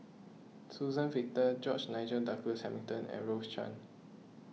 Suzann Victor George Nigel Douglas Hamilton and Rose Chan